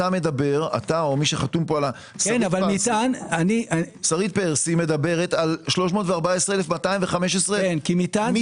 אתה מדבר או מי שחתום שרית פרסי מדברת על 314,215 מטענים.